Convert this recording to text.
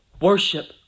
worship